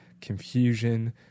confusion